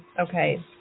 Okay